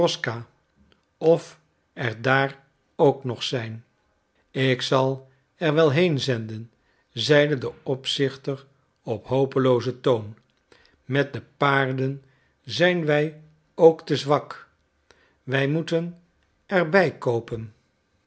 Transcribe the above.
of er daar ook nog zijn ik zal er wel heenzenden zeide de opzichter op hopeloozen toon met de paarden zijn wij ook te zwak wij moeten er bij koopen